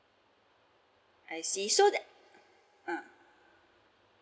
I see so that ah